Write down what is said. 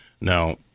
Now